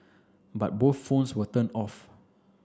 but both phones were turned off